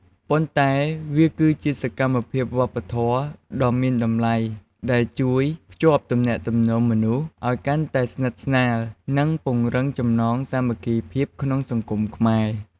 ប៉ុន្តែវាគឺជាសកម្មភាពវប្បធម៌ដ៏មានតម្លៃ ដែលជួយ ភ្ជាប់ទំនាក់ទំនងមនុស្ស ឲ្យកាន់តែស្និទ្ធស្នាល និងពង្រឹងចំណងសាមគ្គីភាពក្នុងសង្គមខ្មែរ។